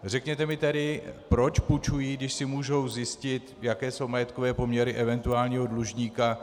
Řekněte mi tedy, proč půjčují, když si můžou zjistit, jaké jsou majetkové poměry eventuálního dlužníka.